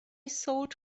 sold